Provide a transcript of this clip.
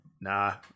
Nah